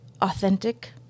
authentic